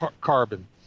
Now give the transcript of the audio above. carbon